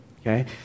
okay